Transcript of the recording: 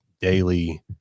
daily